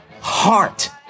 heart